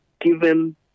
given